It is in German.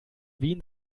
wien